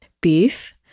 beef